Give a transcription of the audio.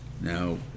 Now